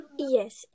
Yes